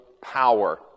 power